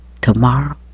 tomorrow